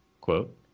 quote